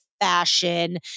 fashion